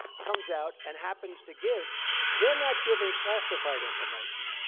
comes out and happens to give they're not giving classified information.